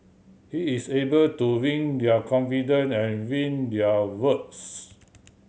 he is able to win their confident and win their votes